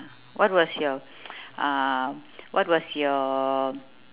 what was your uh what was your